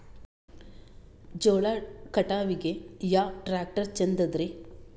ಜೋಳ ಕಟಾವಿಗಿ ಯಾ ಟ್ಯ್ರಾಕ್ಟರ ಛಂದದರಿ?